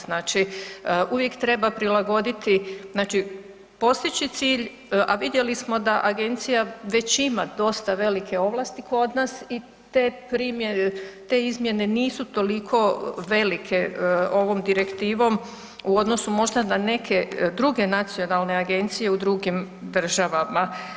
Znači uvijek treba prilagoditi, znači postići cilj, a vidjeli smo da agencija već ima dosta velike ovlasti kod nas i te izmjene nisu toliko velike ovom direktivom u odnosu možda na neke druge nacionalne agencije u drugim državama.